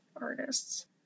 artists